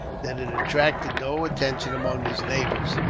that it attracted no attention among his neighbours.